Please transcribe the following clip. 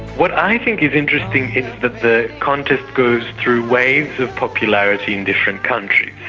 what i think is interesting is that the contest goes through waves of popularity in different countries.